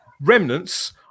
remnants